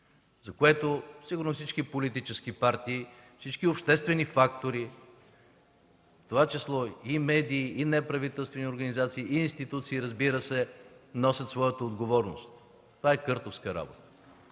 сигурно всички политически партии, всички обществени фактори, в това число и медии, и неправителствени организации, и институции, разбира се, носят своята отговорност. Това е къртовска работа